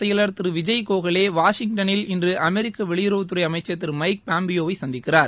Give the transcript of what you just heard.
செயலர் திரு விஜய் கோகலே வாஷிங்டனில் இன்று அமெரிக்க மத்திய வெளியுறவு வெளியுறவுத்துறை அமைச்சர் திரு மைக் பாம்பியோ வை சந்திக்கிறார்